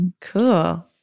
cool